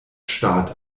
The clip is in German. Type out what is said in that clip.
staat